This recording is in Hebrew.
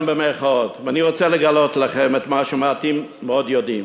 ואני רוצה לגלות לכם את מה שמעטים מאוד יודעים,